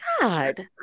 God